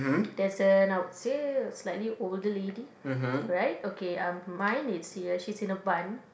there's a and I would say a slightly older lady right okay um mine it's here she's in a bun